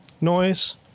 noise